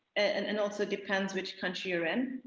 and and also depends which country you are in.